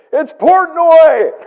it's portnoy!